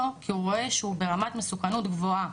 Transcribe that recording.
כי הוא רואה שהוא ברמת מסוכנות גבוהה.